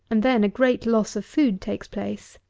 and then a great loss of food takes place.